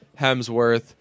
Hemsworth